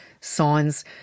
signs